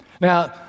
Now